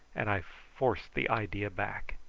and i forced the idea back.